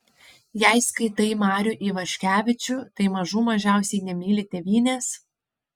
jei skaitai marių ivaškevičių tai mažų mažiausiai nemyli tėvynės